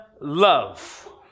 love